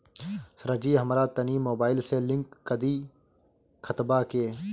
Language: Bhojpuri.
सरजी हमरा तनी मोबाइल से लिंक कदी खतबा के